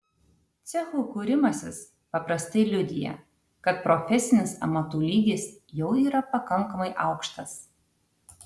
cechų kūrimasis paprastai liudija kad profesinis amatų lygis jau yra pakankamai aukštas